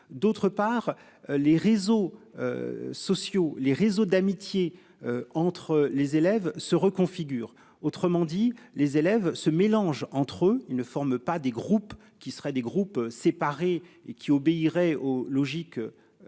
d'autre part les réseaux. Sociaux les réseaux d'amitié entre les élèves se reconfigure. Autrement dit les élèves ce mélange entre eux ils ne forment pas des groupes qui seraient des groupes séparés et qui obéirait aux logiques. Scolaire